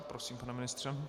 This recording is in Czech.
Prosím, pane ministře.